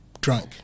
drunk